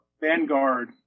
Vanguard